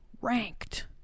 ranked